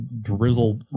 drizzle